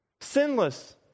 sinless